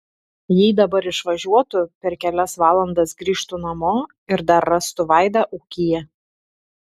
jei dabar išvažiuotų per kelias valandas grįžtų namo ir dar rastų vaidą ūkyje